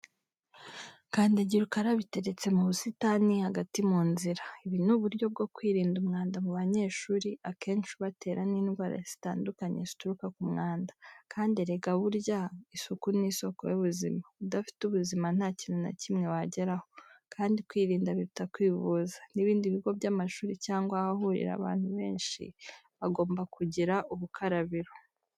Kandagira ukarabe iteretse mu busitani hagati mu nzira. Ibi ni uburyo bwo kwirinda umwanda mu banyeshuri akenshi ubatera n'indwara zitandukanye zituruka ku mwanda. Kandi erega burya isuku ni isoko y'ubuzima, udafite ubuzima nta kintu na kimwe wageraho. Kandi kwirinda biruta kwivuza, n'ibindi bigo by'amashuri cyangwa ahahurira abantu benshi bagomba kugira ubukarabiro.